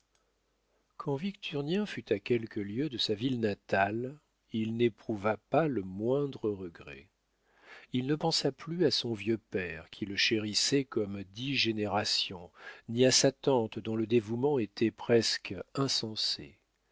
victurnien fut à quelques lieues de sa ville natale il n'éprouva pas le moindre regret il ne pensa plus à son vieux père qui le chérissait comme dix générations ni à sa tante dont le dévouement était presque insensé